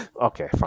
okay